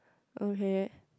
okay